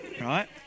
Right